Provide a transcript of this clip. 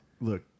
look